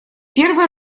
первый